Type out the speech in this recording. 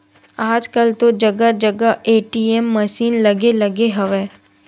आजकल तो जगा जगा ए.टी.एम मसीन लगे लगे हवय